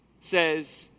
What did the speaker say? says